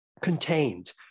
contained